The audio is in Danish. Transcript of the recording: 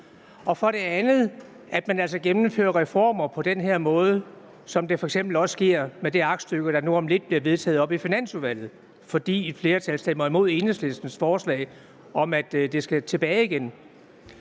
Og for det andet gennemfører man altså reformer på den her måde, som det f.eks. også sker med det aktstykke, der nu om lidt bliver vedtaget oppe i Finansudvalget, fordi et flertal stemmer imod Enhedslistens forslag om, at det skal tilbage igen.